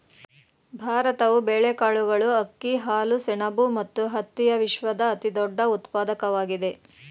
ಭಾರತವು ಬೇಳೆಕಾಳುಗಳು, ಅಕ್ಕಿ, ಹಾಲು, ಸೆಣಬು ಮತ್ತು ಹತ್ತಿಯ ವಿಶ್ವದ ಅತಿದೊಡ್ಡ ಉತ್ಪಾದಕವಾಗಿದೆ